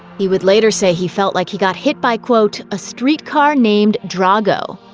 he would later say he felt like he got hit by, quote, a streetcar named drago.